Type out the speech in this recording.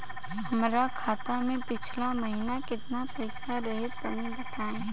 हमरा खाता मे पिछला महीना केतना पईसा रहे तनि बताई?